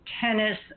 tennis